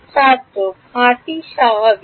ছাত্র খাঁটি স্বাভাবিক